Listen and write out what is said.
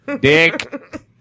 Dick